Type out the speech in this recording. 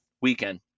weekend